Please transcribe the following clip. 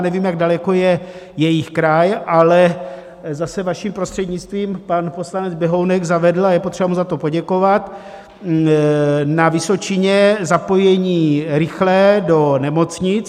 Nevím, jak daleko je jejich kraj, ale zase, vaším prostřednictvím, pan poslanec Běhounek zavedl, a je potřeba mu za to poděkovat, na Vysočině zapojení rychlé do nemocnic.